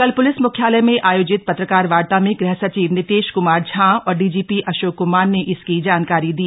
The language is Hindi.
कल प्लिस मुख्यालय में आयोजित पत्रकार वार्ता में गृह सचिव नितेश कुमार झा और डीजीपी अशोक कुमार ने इसकी जानकारी दी